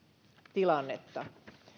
tilannetta